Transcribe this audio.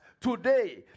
today